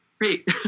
great